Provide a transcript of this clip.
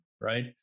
right